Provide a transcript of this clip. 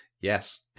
Yes